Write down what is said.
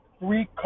three